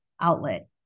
outlet